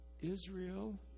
Israel